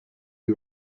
who